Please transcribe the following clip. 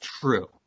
True